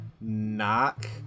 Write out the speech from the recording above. knock